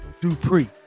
Dupree